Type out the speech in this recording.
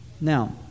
Now